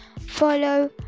follow